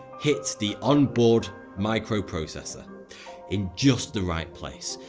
hit the on-board microprocessor in just the right place,